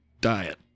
diet